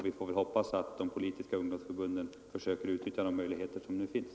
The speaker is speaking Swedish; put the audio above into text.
Vi får väl hoppas att de politiska ungdomsförbunden försöker utnyttja de möjligheter som nu finns.